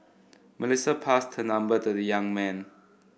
Melissa passed her number to the young man